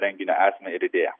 renginio esmę ir idėją